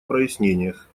прояснениях